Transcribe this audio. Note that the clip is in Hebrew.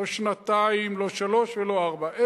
לא שנתיים, לא שלוש ולא ארבע.